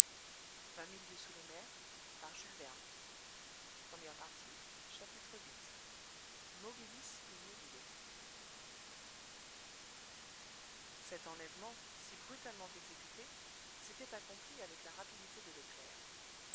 viii mobilis in mobile cet enlèvement si brutalement exécuté s'était accompli avec la rapidité de l'éclair